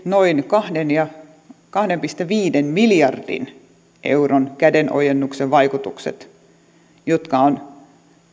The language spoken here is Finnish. noin kahden pilkku viiden miljardin euron kädenojennuksen vaikutukset jotka on